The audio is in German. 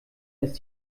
ist